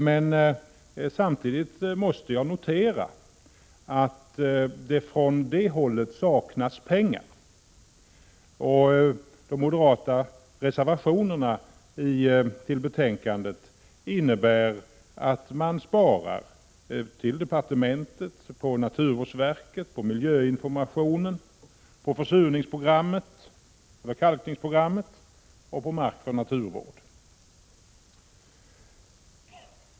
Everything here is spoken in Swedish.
Men samtidigt måste jag notera att det från det hållet saknas pengar. De moderata reservationerna till betänkandet innebär att man sparar — på anslaget till departementet, på naturvårdsverket, på miljöinformationen, på kalkningsprogrammet och på mark för naturvård.